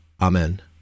Amen